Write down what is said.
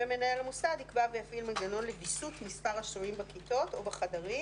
ומנהל המוסד יקבע ויפעיל מנגנון לוויסות מספר השוהים בכיתות או בחדרים,